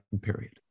period